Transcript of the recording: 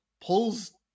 pulls